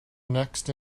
next